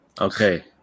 okay